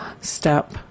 step